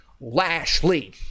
Lashley